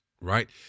right